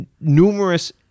Numerous